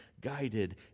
guided